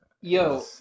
Yo